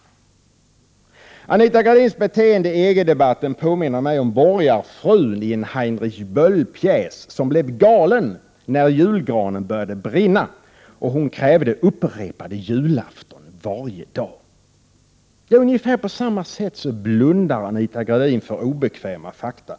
Anita Gradins beteende i EG-debatten påminner om borgarfrun i Heinrich Bölls pjäs. Hon blev galen när julgranen började brinna, och hon krävde att julafton skulle upprepas varje dag. På ungefär samma sätt blundar Anita Gradin för obekväma fakta.